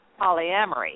polyamory